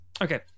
okay